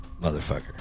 Motherfucker